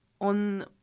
on